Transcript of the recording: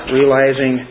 realizing